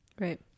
Right